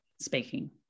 speaking